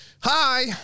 Hi